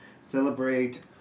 celebrate